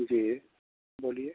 जी बोलिए